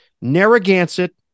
Narragansett